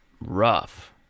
rough